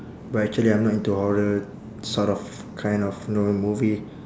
but actually I'm not into horror sort of kind of know movie